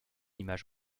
image